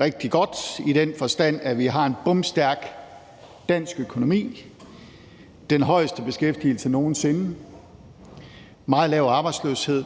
rigtig godt i den forstand, at vi har en bomstærk dansk økonomi, den højeste beskæftigelse nogen sinde, meget lav arbejdsløshed,